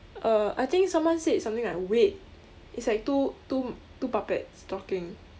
uh I think someone said something like wait it's like two two two puppets talking